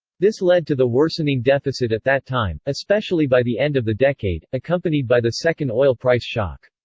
this led to the worsening deficit at that time, especially by the end of the decade, accompanied by the second oil price shock.